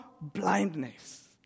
blindness